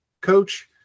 coach